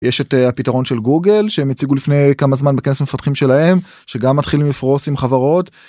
יש את הפתרון של גוגל שהם יציגו לפני כמה זמן בכנס מפתחים שלהם שגם מתחילים לפרוס עם חברות.